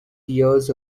years